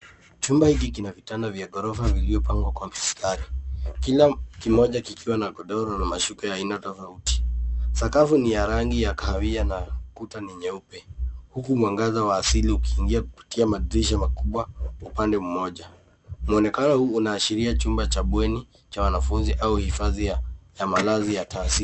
Chumba hiki kina vitanda vya ghorofa viliyopangwa kwa mistari. Kila kimoja kikiwa na godoro na mashuka ya aina tofauti. Sakafu ni ya rangi ya kahawia na kuta ni nyeupe huku wangaza wa asili ukiigia kupitia madirisha makubwa upande mmoja. Mwonekano huu unaashiria chumba cha bweni cha wanafunzi au hifadhi ya malazi ya taasisi.